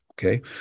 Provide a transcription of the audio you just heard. Okay